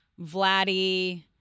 Vladdy